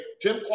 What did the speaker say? Tim